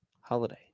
holiday